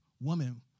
woman